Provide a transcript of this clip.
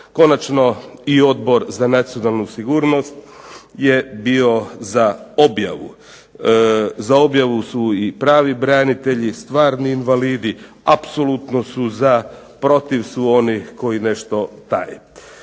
Konačno, i Odbor za nacionalnu sigurnost je bio za objavu. Za objavu su i pravi branitelji, stvarni invalidi apsolutno su za. Protiv su oni koji nešto taje.